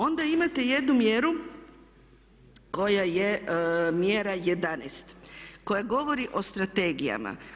Onda imate i jednu mjeru koja je mjera 11 koja govori o strategijama.